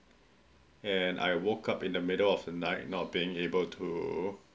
and I woke up in the middle of the night no being able to